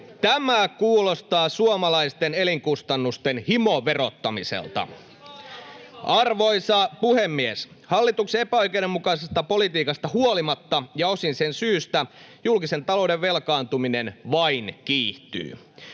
Tämä kuulostaa suomalaisten elinkustannusten himoverottamiselta. Arvoisa puhemies! Hallituksen epäoikeudenmukaisesta politiikasta huolimatta, ja osin sen syystä, julkisen talouden velkaantuminen vain kiihtyy,